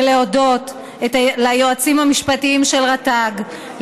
ולהודות ליועצים המשפטיים של רט"ג,